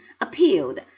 appealed